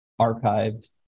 archived